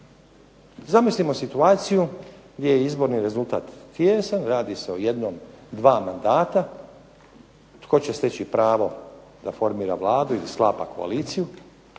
Zamislimo situaciju gdje je izborni rezultat tijesan, radi se o jednom, dva mandata, tko će steći pravo da formira Vladu ili sklapa koaliciju,